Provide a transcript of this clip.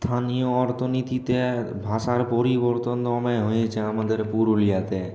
স্থানীয় অর্থনীতিতে ভাষার পরিবর্তন হয়েছে আমাদের পুরুলিয়াতে